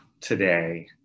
today